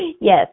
Yes